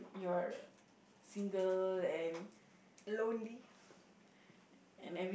your finger and and every